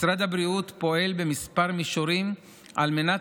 משרד הבריאות פועל בכמה מישורים על מנת